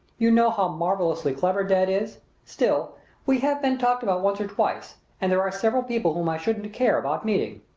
you know how marvelously clever dad is still we have been talked about once or twice, and there are several people whom i shouldn't care about meeting.